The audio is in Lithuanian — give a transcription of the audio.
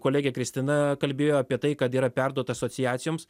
kolegė kristina kalbėjo apie tai kad yra perduota asociacijoms